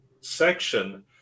section